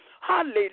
Hallelujah